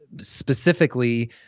specifically